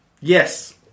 Yes